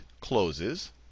closes